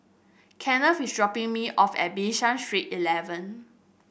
Kenneth is dropping me off at Bishan Street Eleven